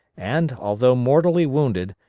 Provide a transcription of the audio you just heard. and, although mortally wounded,